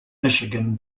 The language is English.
michigan